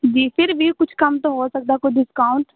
जी फिर भी कुछ कम तो हो सकता है कुछ डिस्काउंट